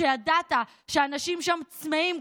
כשידעת שאנשים שם צמאים,